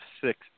six